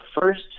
first